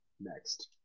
next